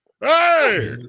Hey